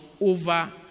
over